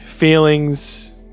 Feelings